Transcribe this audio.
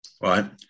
right